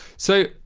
so,